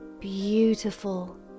beautiful